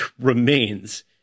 remains